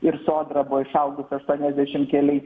ir sodra buvo išaugus aštuoniasdešimt keliais